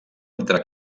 entre